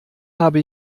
habe